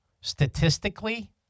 statistically